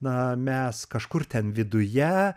na mes kažkur ten viduje